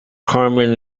carmen